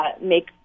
make